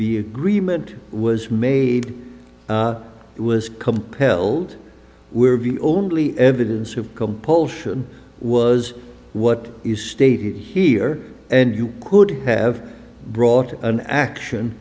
the agreement was made it was compelled we were only evidence of compulsion was what you state here and you could have brought an action